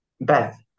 Beth